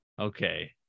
Okay